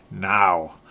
now